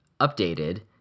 updated